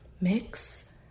Mix